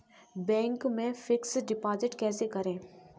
Bank में fix deposit कैसे करें?